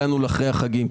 הגענו לאחרי החגים,